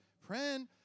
Friend